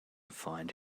find